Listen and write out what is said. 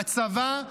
בצבא,